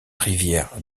rivière